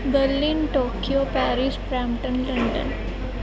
Berlin Tokyo Paris Brampton London